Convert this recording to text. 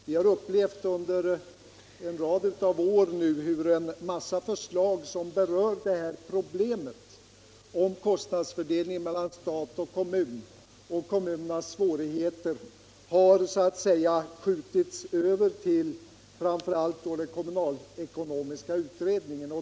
Vi har nu under en rad år upplevt hur en mängd förslag som berört problemet om kostnadsfördelningen mellan stat och kommun och kommuncernas svårigheter så att säga skjutits över till framför allt kommunalekonomiska utredningen.